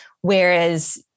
whereas